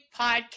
Podcast